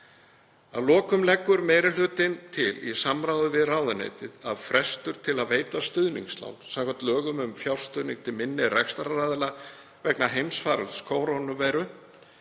Að lokum leggur meiri hlutinn til í samráði við ráðuneytið að frestur til að veita stuðningslán samkvæmt lögum um fjárstuðning til minni rekstraraðila vegna heimsfaraldurs kórónuveiru,